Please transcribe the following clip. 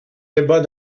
débat